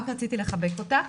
רק רציתי לחבק אותה.